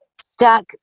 stuck